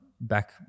back